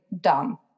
dumb